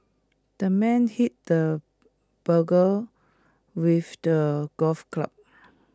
the man hit the burglar with the golf club